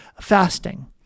fasting